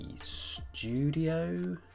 studio